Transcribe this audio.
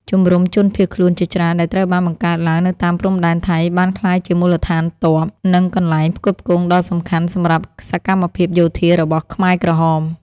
ជំរុំជនភៀសខ្លួនជាច្រើនដែលត្រូវបានបង្កើតឡើងនៅតាមព្រំដែនថៃ បានក្លាយជាមូលដ្ឋានទ័ព និងកន្លែងផ្គត់ផ្គង់ដ៏សំខាន់សម្រាប់សកម្មភាពយោធារបស់ខ្មែរក្រហម។